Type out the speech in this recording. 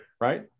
Right